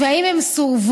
ואם הם סורבו.